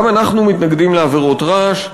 גם אנחנו מתנגדים לעבירות רעש.